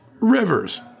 Rivers